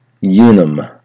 unum